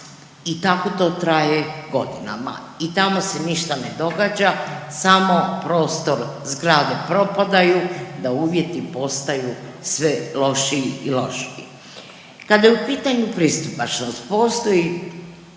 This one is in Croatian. i tako to traje godinama i tamo se ništa ne događa, samo prostor, zgrade propadaju da uvjeti postaju sve lošiji i lošiji. Kada je u pitanju pristupačnost, postoji